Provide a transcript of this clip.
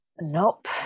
nope